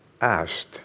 asked